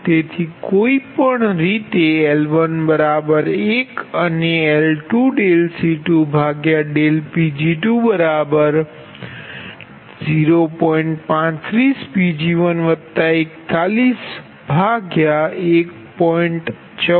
તેથી કોઈ પણ રીતે L11 અને L2C2Pg20